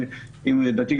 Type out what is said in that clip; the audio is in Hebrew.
לדעתי,